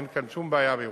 אין כאן שום בעיה בירושלים.